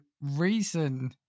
reason